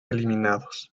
eliminados